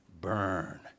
Burn